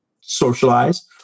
socialize